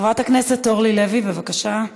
חברת הכנסת אורלי לוי, בבקשה,